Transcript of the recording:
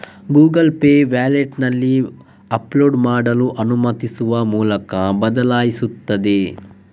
Google Pay ವ್ಯಾಲೆಟಿನಲ್ಲಿ upload ಮಾಡಲು ಅನುಮತಿಸುವ ಮೂಲಕ ಬದಲಾಯಿಸುತ್ತದೆ